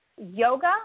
yoga